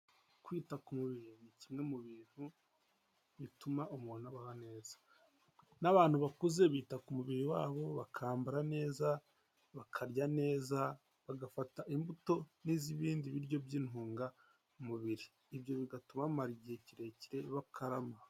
Kwita ku mubiri ni kimwe mu bintu bituma umuntu abaho neza. N'abantu bakuze bita ku mubiri wabo, bakambara neza, bakarya neza, bagafata imbuto n'iz'ibindi biryo by'intungamubiri. Ibyo bigatuma bamara igihe kirekire, bakarama.